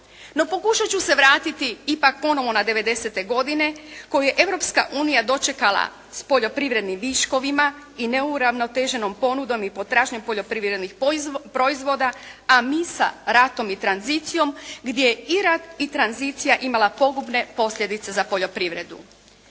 pokušat ću se vratiti ipak ponovo na devedesete godine koju je Europska unija dočekala s poljoprivrednim viškovima i neuravnoteženom ponudom i potražnjom poljoprivrednih proizvoda a mi sa ratom i tranzicijom gdje i rat i tranzicija imala pogubne posljedice za poljoprivredu.